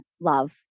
love